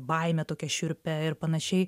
baimę tokią šiurpią ir panašiai